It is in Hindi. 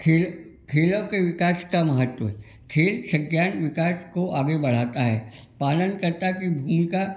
खेल खेलों के विकास का महत्व खेल संज्ञान विकास को आगे बढ़ाता है पालनकर्ता की भूमिका